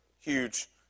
huge